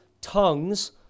tongues